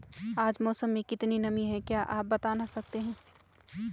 आज मौसम में कितनी नमी है क्या आप बताना सकते हैं?